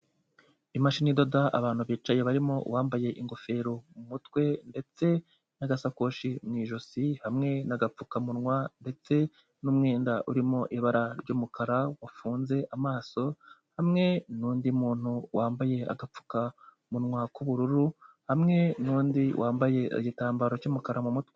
Imashini idoda abantu bicaye barimo uwambaye ingofero mu mutwe ndetse n'agasakoshi mu ijosi, hamwe n'agapfukamunwa, ndetse n'umwenda urimo ibara ry'umukara, wafunze amaso, hamwe n'undi muntu wambaye agapfukamunwa k'ubururu, hamwe n'undi wambaye igitambaro cy'umukara mu mutwe.